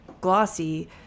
glossy